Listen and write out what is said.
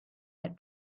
had